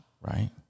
right